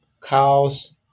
cows